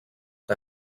que